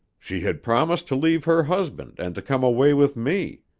she had promised to leave her husband and to come away with me.